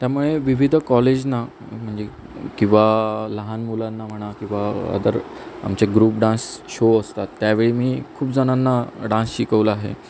त्यामुळे विविध कॉलेजना म्हणजे किंवा लहान मुलांना म्हणा किंवा अदर आमचे ग्रुप डान्स शो असतात त्यावेळी मी खूप जणांना डान्स शिकवला आहे